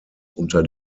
unter